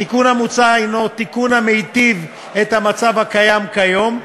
התיקון המוצע הנו תיקון המיטיב את המצב הקיים כיום,